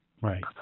Right